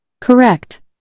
Correct